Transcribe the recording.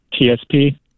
TSP